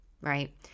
right